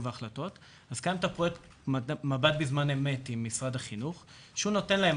אז הפרויקט עם משרד החינוך מב"ד בזמן אמת נותן להם